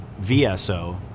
vso